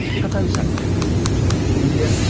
pavan sukhdev who is originally from india,